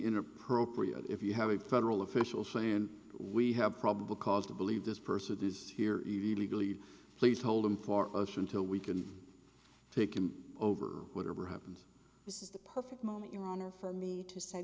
inappropriate if you have a federal official saying we have probable cause to believe this person is here illegally please hold him for us until we can take him over whatever happens this is the perfect moment your honor for me to s